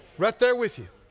right there with you.